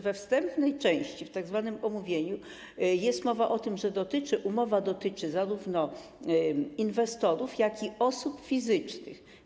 We wstępnej części, w tzw. omówieniu, jest mowa o tym, że umowa dotyczy zarówno inwestorów, jak i osób fizycznych.